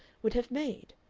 would have made.